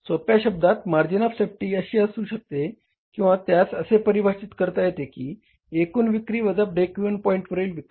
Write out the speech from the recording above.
सोप्या शब्दांत margin of safety अशी असू शकते किंवा त्यास असे परिभाषित करता येते की एकूण विक्री वजा ब्रेक इव्हन पॉईंटवरील विक्री